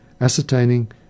ascertaining